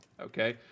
Okay